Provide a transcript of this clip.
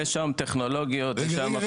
יש היום טכנולוגיות --- אין חובת בדיקה.